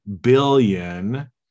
billion